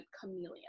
chameleon